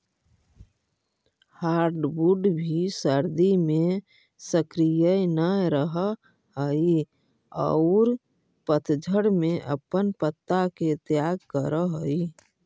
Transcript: hardwood भी सर्दि में सक्रिय न रहऽ हई औउर पतझड़ में अपन पत्ता के त्याग करऽ हई